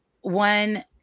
one